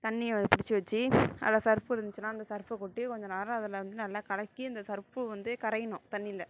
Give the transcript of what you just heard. தண்ணியை பிடிச்சி வச்சு அதில் சர்ஃப்பு இருந்துச்சுனா அந்த சர்ஃப்பை கொட்டி கொஞ்சம் நேரம் அதில் வந்து நல்லா கலக்கி அந்த சர்ஃப்பு வந்து கரையணும் தண்ணியில்